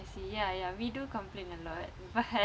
I see ya ya we do complain a lot but